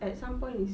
at some point it's